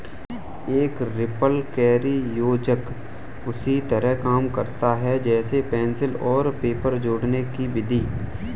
एक रिपलकैरी योजक उसी तरह काम करता है जैसे पेंसिल और पेपर जोड़ने कि विधि